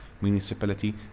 municipality